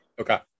Okay